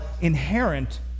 inherent